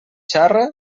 xarra